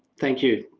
thank you.